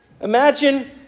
imagine